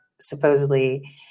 supposedly